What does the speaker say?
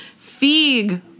Feig